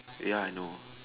ya I know